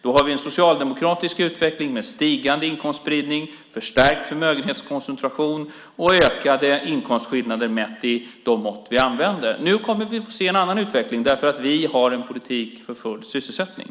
Då får vi en socialdemokratisk utveckling med stigande inkomstspridning, förstärkt förmögenhetskoncentration och ökade inkomstskillnader mätt i de mått vi använder. Nu kommer vi att få se en annan utveckling, därför att vi har en politik för full sysselsättning.